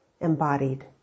embodied